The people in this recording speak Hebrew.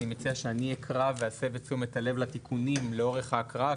אני מציע שאני אקרא ואסב את תשומת הלב לתיקונים לאורך ההקראה,